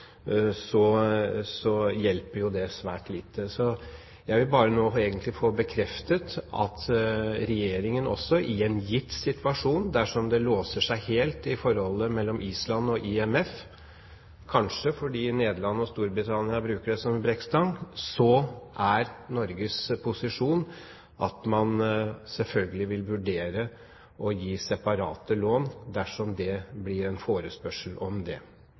så arbeidsom du vil, men når du har forpliktelser og ikke har penger til å betale dem med fordi det er stopp i lånetilførselen, hjelper det jo svært lite. Jeg vil nå bare få bekreftet at Regjeringen, i en gitt situasjon – dersom det låser seg helt i forholdet mellom Island og IMF, kanskje fordi Nederland og Storbritannia bruker det som brekkstang – er Norges posisjon at man selvfølgelig vil vurdere å